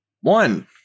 One